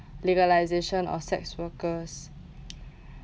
legalisation of sex workers